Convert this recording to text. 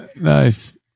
Nice